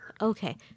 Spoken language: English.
Okay